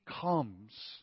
comes